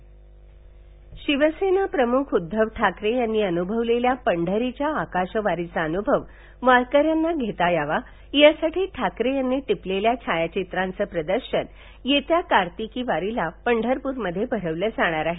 सोलापूर शिवसेना पक्षप्रमुख उद्घव ठाकरे यांनी अनुभवलेल्या पंढरीच्या आकाशवारीचा अनुभव वारकऱ्यांना घेता यावा यासाठी ठाकरे यांनी टिपलेल्या छायाचित्रांचं प्रदर्शन येत्या कार्तिकी वारीला पंढरपूरमध्ये भरवलं जाणार आहे